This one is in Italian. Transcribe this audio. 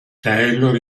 taylor